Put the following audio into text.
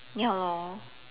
ya lor